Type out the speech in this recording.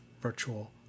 virtual